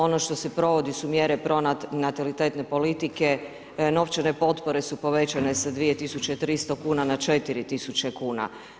Ono što se provodi su mjere pronatalitetne politike, novčane potpore su povećane sa 2300 na 4000 kuna.